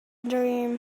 dream